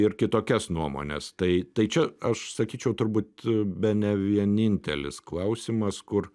ir kitokias nuomones tai tai čia aš sakyčiau turbūt bene vienintelis klausimas kur